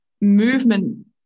movement